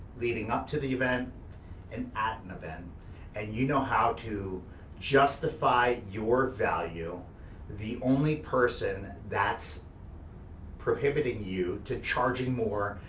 leading up to the event and at an event and you know how to justify your value the only person that's prohibiting you to charging more,